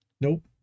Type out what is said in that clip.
Nope